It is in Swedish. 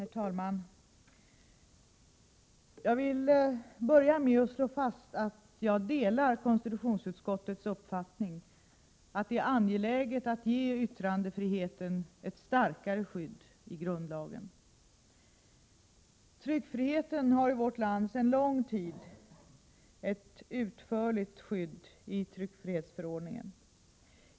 Herr talman! Jag vill börja med att slå fast att jag delar konstitutionsutskottets uppfattning att det är angeläget att ge yttrandefriheten ett starkare skydd i grundlagen. Tryckfriheten har i vårt land sedan lång tid tillbaka ett utförligt Prot. 1987/88:122 skydd i tryckfrihetsförordningen.